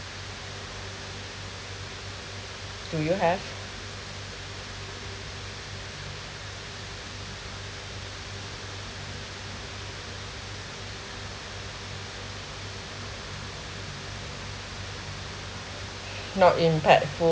do you have not impactful